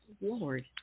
Lord